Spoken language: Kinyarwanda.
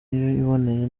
iboneye